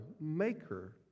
maker